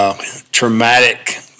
traumatic